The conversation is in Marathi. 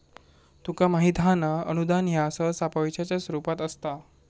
तुका माहित हां ना, अनुदान ह्या सहसा पैशाच्या स्वरूपात असता